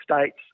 States